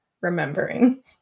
remembering